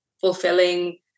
fulfilling